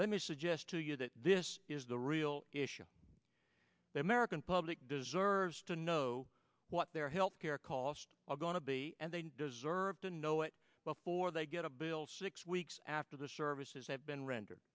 let me suggest to you that this is the real issue the american public deserves to know what their health care costs are going to be and they deserve to know it before they get a bill six weeks after the service as i have been rendered